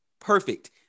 Perfect